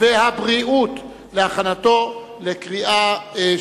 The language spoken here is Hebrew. חבר הכנסת אורון,